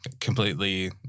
completely